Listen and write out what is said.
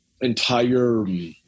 entire